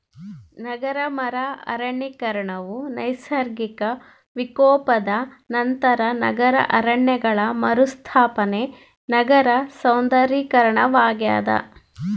ನಗರ ಮರು ಅರಣ್ಯೀಕರಣವು ನೈಸರ್ಗಿಕ ವಿಕೋಪದ ನಂತರ ನಗರ ಅರಣ್ಯಗಳ ಮರುಸ್ಥಾಪನೆ ನಗರ ಸೌಂದರ್ಯೀಕರಣವಾಗ್ಯದ